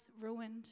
ruined